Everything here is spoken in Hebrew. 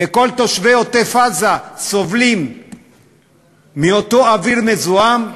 וכל תושבי עוטף-עזה סובלים מאותו אוויר מזוהם,